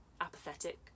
apathetic